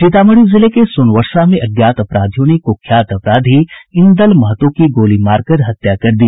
सीतामढ़ी जिले के सोनवर्षा में अज्ञात अपराधियों ने कुख्यात अपराधी इंदल महतो की गोली मारकर हत्या की दी